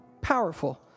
powerful